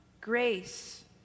grace